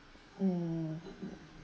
mm